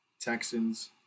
Texans